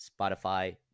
spotify